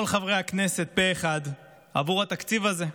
כל חברי הכנסת, פה אחד עבור התקציב הזה.